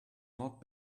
not